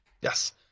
Yes